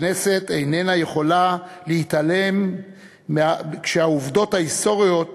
הכנסת איננה יכולה להתעלם כשהעובדות ההיסטוריות